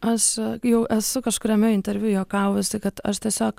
aš jau esu kažkuriame interviu juokavusi kad aš tiesiog